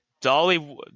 Dolly